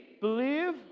believe